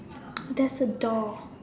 there's a door